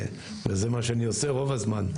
וזה מה שאני עושה רוב הזמן,